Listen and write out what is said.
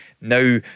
now